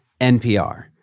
NPR